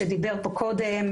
שדיבר פה קודם,